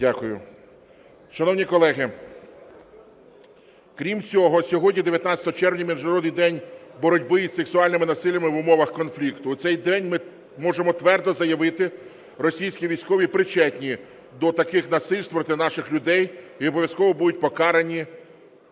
Дякую. Шановні колеги, крім цього, сьогодні, 19 червня, Міжнародний день боротьби із сексуальними насиллями в умовах конфлікту. В цей день ми можемо твердо заявити, російські військові причетні до таких насильств проти наших людей, і обов'язково будуть покарані,